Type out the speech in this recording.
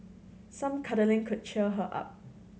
some cuddling could cheer her up